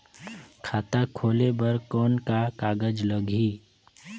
खाता खोले बर कौन का कागज लगही?